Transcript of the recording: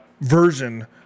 version